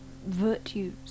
virtues